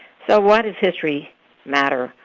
so why does history matter?